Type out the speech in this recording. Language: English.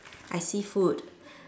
I see food